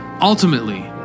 Ultimately